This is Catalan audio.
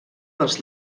dels